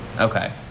Okay